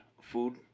food